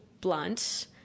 blunt